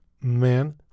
men